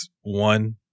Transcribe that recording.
One